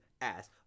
ass